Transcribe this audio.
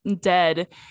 dead